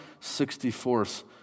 sixty-fourth